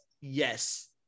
yes